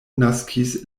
naskis